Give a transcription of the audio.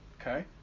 okay